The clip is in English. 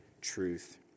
truth